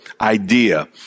idea